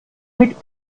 mit